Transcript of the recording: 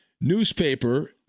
newspaper